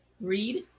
read